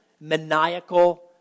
maniacal